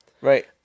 Right